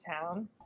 town